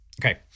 Okay